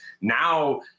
Now